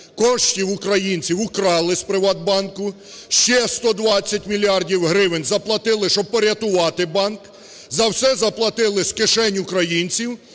коштів українців украли з "ПриватБанку", ще 120 мільярдів гривень заплатили, щоб порятувати банк, за все заплатили з кишень українців,